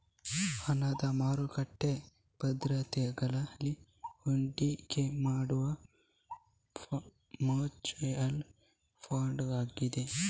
ಹಣದ ಮಾರುಕಟ್ಟೆ ಭದ್ರತೆಗಳಲ್ಲಿ ಹೂಡಿಕೆ ಮಾಡುವ ಮ್ಯೂಚುಯಲ್ ಫಂಡುಗಳಾಗಿವೆ